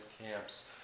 camps